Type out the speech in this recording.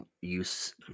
use